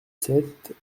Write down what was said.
sept